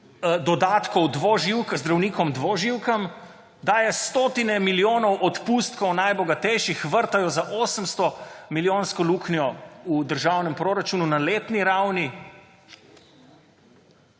dodatkov zdravnikom dvoživkam, daje stotine milijonov odpustkov najbogatejšim, vrtajo 800-milijonsko luknjo v državnem proračunu na letni ravni